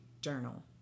journal